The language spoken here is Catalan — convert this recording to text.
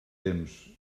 temps